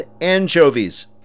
anchovies